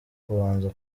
kubanza